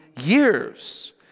years